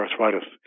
arthritis